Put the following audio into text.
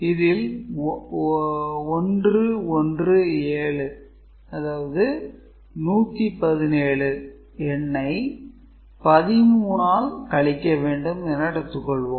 இதில் 117 எண்ணை 13 ஆல் கழிக்க வேண்டும் என எடுத்துக்கொள்வோம்